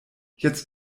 jetzt